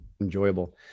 enjoyable